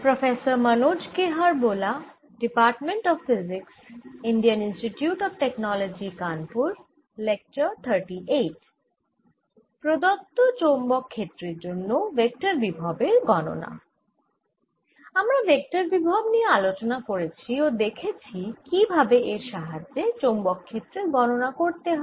প্রদত্ত চৌম্বক ক্ষেত্রের জন্য ভেক্টর বিভবের গণনা আমরা ভেক্টর বিভব নিয়ে আলোচনা করেছি ও দেখেছি কি ভাবে এর সাহায্যে চৌম্বক ক্ষেত্রের গণনা করতে হয়